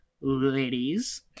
ladies